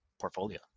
portfolio